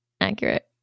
accurate